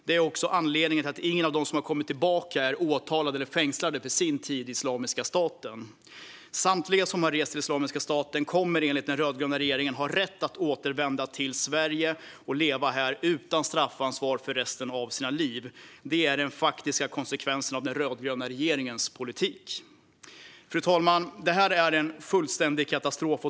Det är också anledningen till att ingen av dem som har kommit tillbaka är åtalad eller fängslad för sin tid i Islamiska staten. Samtliga som har rest till Islamiska staten kommer enligt den rödgröna regeringen att ha rätt att återvända till Sverige och leva här utan straffansvar i resten av sina liv. Det är den faktiska konsekvensen av den rödgröna regeringens politik. Fru talman! Detta är en fullständig katastrof.